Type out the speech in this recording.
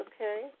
Okay